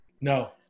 No